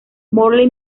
morley